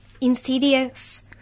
insidious